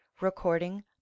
Recording